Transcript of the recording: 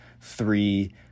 three